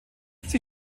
sie